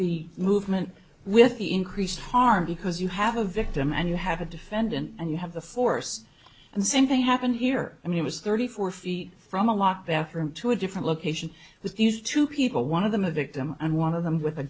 the movement with the increased harm because you have a victim and you have a defendant and you have the force and the same thing happened here i mean it was thirty four feet from a locked bathroom to a different location with these two people one of them a victim and one of them with a